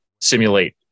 simulate